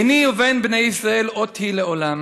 ביני ובין בני ישראל אות היא לעֹלם,